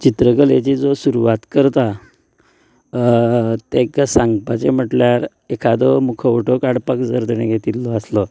चित्रकलेची जो सुरवात करता तेका सांगपाचे म्हटल्यार एकादो मुखवटो काडपाक जर तेणी घेतिल्लो आसलो